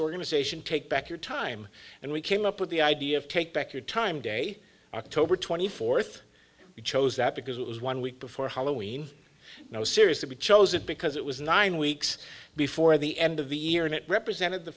organization take back your time and we came up with the idea of take back your time day october twenty fourth you chose that because it was one week before halloween no seriously chose it because it was nine weeks before the end of the year and it represented the